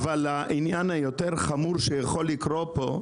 העניין היותר חמור שיכול לקרות פה,